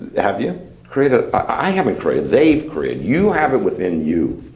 and have you created a i haven created. they've created. you have it within you.